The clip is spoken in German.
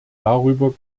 darüber